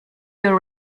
your